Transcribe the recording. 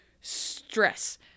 stress